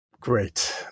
Great